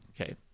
Okay